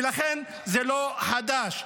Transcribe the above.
ולכן זה לא חדש.